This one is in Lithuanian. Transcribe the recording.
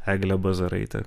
egle bazaraite